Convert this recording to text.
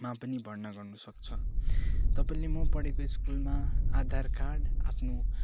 मा पनि भर्ना गर्नुसक्छ तपाईँले म पढेको स्कुलमा आधार कार्ड आफ्नो